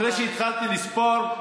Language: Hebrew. אחרי שהתחלתי לספור,